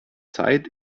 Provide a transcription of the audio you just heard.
zeit